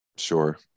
Sure